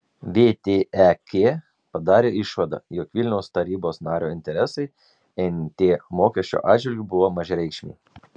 vtek padarė išvadą jog vilniaus tarybos nario interesai nt mokesčio atžvilgiu buvo mažareikšmiai